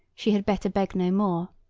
she had better beg no more.